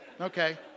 okay